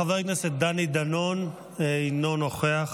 חבר הכנסת דני דנון אינו נוכח.